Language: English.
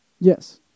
yes